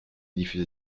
diffusé